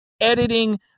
editing